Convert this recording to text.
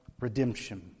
redemption